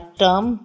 term